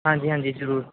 ਹਾਂਜੀ ਹਾਂਜੀ ਜ਼ਰੂਰ